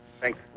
Thanks